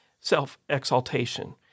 self-exaltation